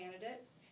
candidates